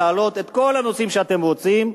להעלות את כל הנושאים שאתם רוצים,